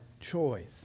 choice